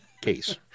Case